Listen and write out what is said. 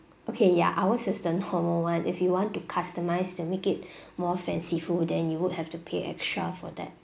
okay ya ours is the normal [one] if you want to customise to make it more fanciful then you would have to pay extra for that